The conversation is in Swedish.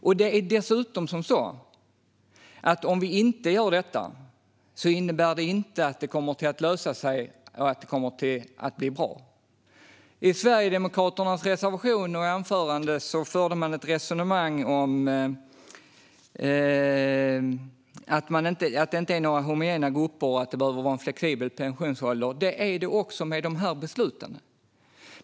Och det är dessutom så att om vi inte gör detta innebär det inte att det kommer att lösa sig och bli bra. I Sverigedemokraternas reservation och anförande förde man ett resonemang om att det inte är några homogena grupper och att det behöver vara en flexibel pensionsålder. Det är det också med de här besluten.